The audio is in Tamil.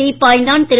தீப்பாய்ந்தான் திரு